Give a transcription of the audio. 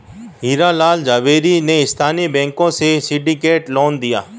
हीरा लाल झावेरी ने स्थानीय बैंकों से सिंडिकेट लोन लिया